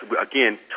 Again